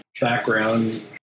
background